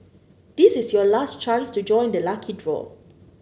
this is your last chance to join the lucky draw